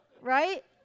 Right